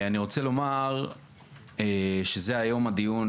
אני רוצה לומר שזה היום הדיון,